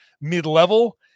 mid-level